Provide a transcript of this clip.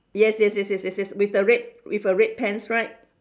yes yes yes yes yes yes with the red with a red pants right